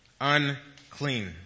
unclean